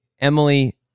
Emily